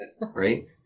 Right